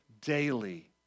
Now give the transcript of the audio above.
daily